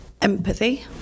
Empathy